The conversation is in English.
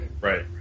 Right